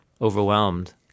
overwhelmed